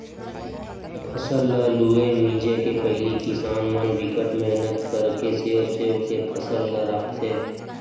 फसल ल लूए मिजे के पहिली किसान मन बिकट मेहनत करके सेव सेव के फसल ल राखथे